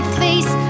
face